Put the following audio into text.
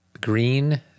Green